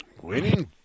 Winning